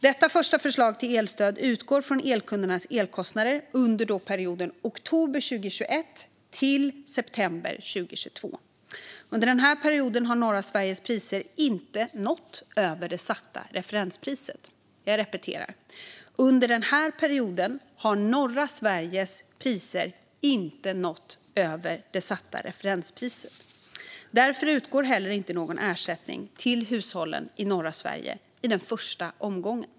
Detta första förslag till elstöd utgår från elkundernas elkostnader under perioden oktober 2021 till och med september 2022. Under den här perioden har norra Sveriges priser inte nått över det satta referenspriset. Därför utgår heller inte någon ersättning till hushållen norra Sverige i den första omgången.